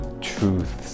truths